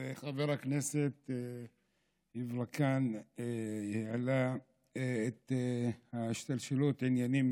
חבר הכנסת יברקן העלה את השתלשלות העניינים,